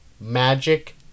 Magic